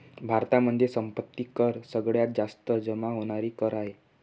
भारतामध्ये संपत्ती कर सगळ्यात जास्त जमा होणार कर आहे